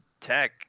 tech